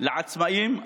לעצמאים,